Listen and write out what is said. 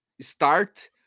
start